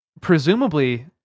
presumably